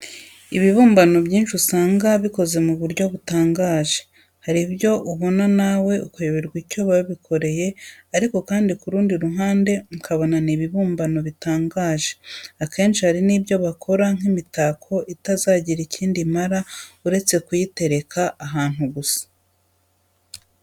Ibibumbano byinshi usanga bikoze mu buryo butangaje. Hari ibyo ubona nawe ukayoberwa icyo babikoreye ariko kandi ku rundi ruhande ukabona ni ibibumbano bitangaje. Akenshi hari n'ibyo bakora nk'imitako itazagira ikindi imara uretse kuyitereka ahantu gusa.